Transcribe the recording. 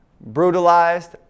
brutalized